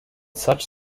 such